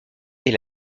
est